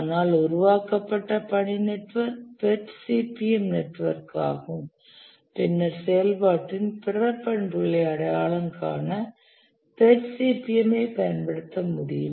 ஆனால் உருவாக்கப்பட்ட பணி நெட்வொர்க் PERT CPM நெட்வொர்க் ஆகும் பின்னர் செயல்பாட்டின் பிற பண்புகளை அடையாளம் காண PERT CPM ஐ பயன்படுத்த முடியும்